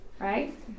right